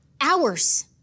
hours